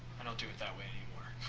don't do it that way anymore.